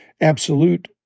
Absolute